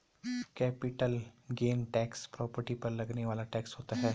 capital gain tax property पर लगने वाला टैक्स होता है